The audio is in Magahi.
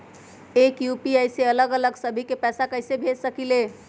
एक यू.पी.आई से अलग अलग सभी के पैसा कईसे भेज सकीले?